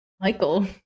michael